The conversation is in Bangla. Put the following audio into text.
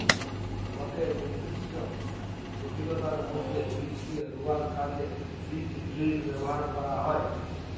গটে নির্দিষ্ট গভীরতার মধ্যে বীজকে রুয়ার কাজে বীজড্রিল ব্যবহার করা হয়